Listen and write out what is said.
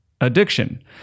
addiction